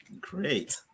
Great